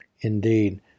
Indeed